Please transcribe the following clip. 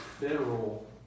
federal